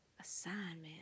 Assignment